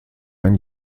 ein